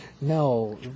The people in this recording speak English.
No